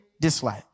dislike